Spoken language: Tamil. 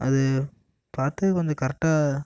அதை பார்த்து கொஞ்சம் கரெக்டாக